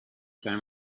time